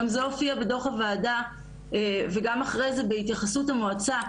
וגם זה הופיע בדוח הוועדה וגם אחרי זה בהתייחסות המועצה.